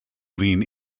lean